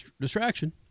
distraction